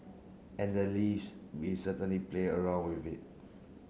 and the leaves we certainly play around with it